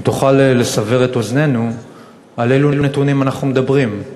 אם תוכל לסבר את אוזננו על איזה נתונים אנחנו מדברים,